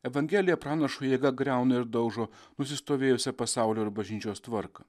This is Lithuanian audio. evangelija pranašo jėga griauna ir daužo nusistovėjusią pasaulio ir bažnyčios tvarką